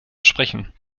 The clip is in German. sprechen